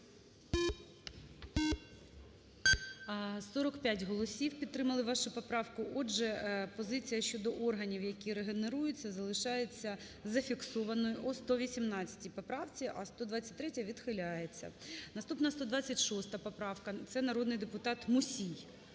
45 голосів підтримали вашу поправку. Отже, позиція щодо органів, які регенеруються, залишається зафіксованою у 118 поправці, а 123-я відхиляється. Наступна - 126 поправка. Це народний депутат Мусій.